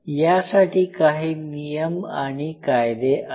यासाठी काही नियम आणि कायदे आहेत